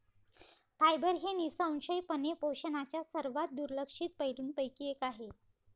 fibre हे निःसंशयपणे पोषणाच्या सर्वात दुर्लक्षित पैलूंपैकी एक आहे